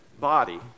body